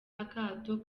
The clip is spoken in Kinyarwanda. akato